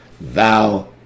thou